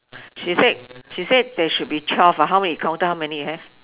she said she said there should be twelve how many you counted how many you have